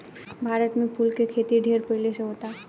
भारत में फूल के खेती ढेर पहिले से होता